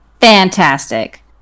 Fantastic